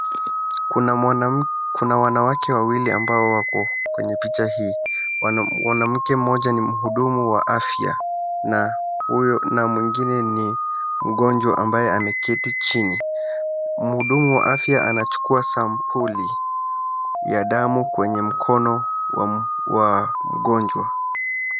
Kuna wanawake wawili ambao wako kwenye picha hii. Mwanamke mmoja ni mhudumu wa afya na mwingine ni mgonjwa ambaye ameketi chini. Mhudumu wa afya anachukua sampuli ya damu kwenye mkono wa mgonjwa.